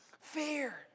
fear